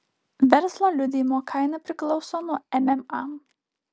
verslo liudijimo kaina priklauso nuo mma